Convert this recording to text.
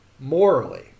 morally